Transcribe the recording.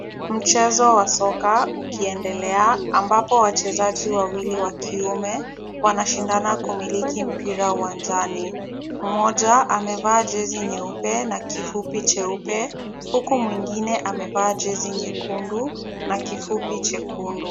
Mchezo wa soka ukiendelea ambapo wachezaji wawili wa kiume wanashindana kumiliki mpira uwanjani, mmoja amevaa jezi nyeupe na kifupi cheupe, huku mwingine amevaa jezi nyekundu na kifupi chekundu.